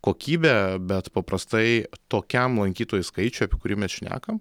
kokybę bet paprastai tokiam lankytojų skaičių apie kurį mes šnekam